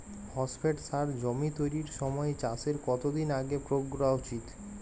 Phosphate সার জমি তৈরির সময় চাষের কত দিন আগে প্রয়োগ করা উচিৎ?